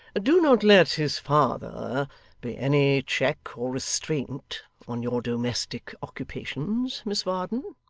do not let his father be any check or restraint on your domestic occupations, miss varden